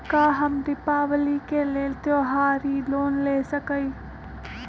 का हम दीपावली के लेल त्योहारी लोन ले सकई?